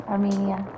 Armenia